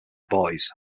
boys